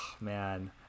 man